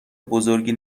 بزرگی